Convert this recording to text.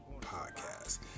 podcast